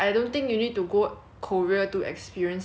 it's summer all year round here in singapore already [what]